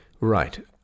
Right